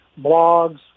blogs